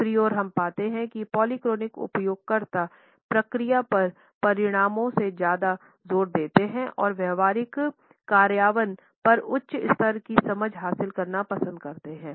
दूसरी ओर हम पाते हैं कि पॉलीक्रोनिक उपयोगकर्ता प्रक्रिया पर परिणामों से ज्यादा जोर देते हैं और व्यावहारिक कार्यान्वयन पर उच्च स्तर की समझ हासिल करना पसंद करते हैं